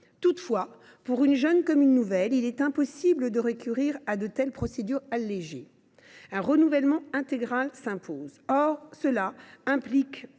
Toutefois, pour une jeune commune nouvelle, il est impossible de recourir à de telles procédures allégées : un renouvellement intégral s’impose. Or, cela pose